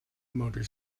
motor